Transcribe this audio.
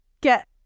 get